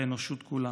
לאנושות כולה.